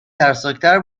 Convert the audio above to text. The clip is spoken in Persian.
ترسناکتر